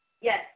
Yes